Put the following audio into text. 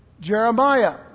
Jeremiah